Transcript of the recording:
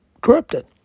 Corrupted